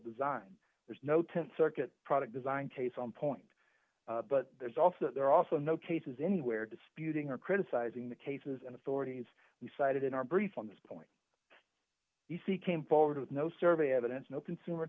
design there's no th circuit product design case on point but there's also there are also no cases anywhere disputing or criticizing the cases and authorities you cited in our brief on this point you see came forward with no survey evidence no consumer